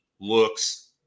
looks